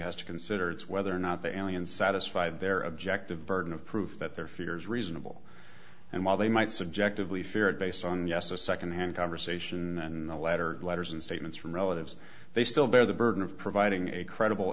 has to consider it's whether or not the alien satisfied their objective burden of proof that their fears reasonable and while they might subjectively fear based on yes a second hand conversation and the latter letters and statements from relatives they still bear the burden of providing a credible